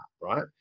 right